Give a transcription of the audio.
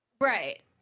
Right